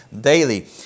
daily